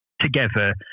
together